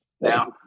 Now